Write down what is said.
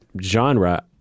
genre